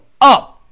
up